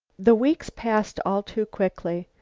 the weeks passed all too quickly.